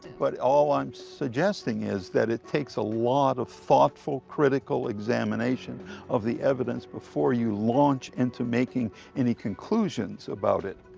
but all i'm suggesting is that it takes a lot of thoughtful, critical examination of the evidence before you launch into making any conclusions about it.